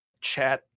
chat